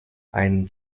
einen